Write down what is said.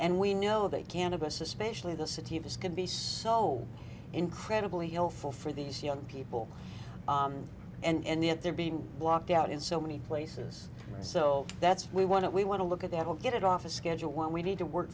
and we know they can't of us especially the city of this can be so incredibly helpful for these young people and yet they're being blocked out in so many places and so that's we want to we want to look at that will get it off a schedule when we need to work